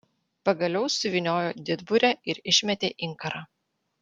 pagaliau suvyniojo didburę ir išmetė inkarą